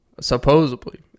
Supposedly